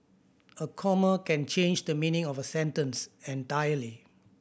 a comma can change the meaning of a sentence entirely